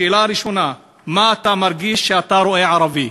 שאלה ראשונה: מה אתה מרגיש כשאתה רואה ערבי?